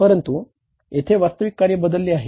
परंतुयेथे वास्तविक कार्य बदलले आहे